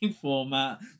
format